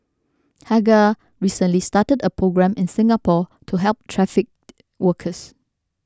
Hagar recently started a programme in Singapore to help trafficked workers